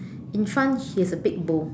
in front he has a big bowl